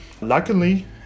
Luckily